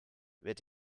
wird